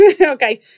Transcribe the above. okay